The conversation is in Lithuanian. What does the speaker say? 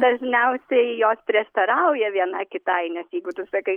dažniausiai jos prieštarauja viena kitai nes jeigu tu sakai